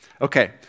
Okay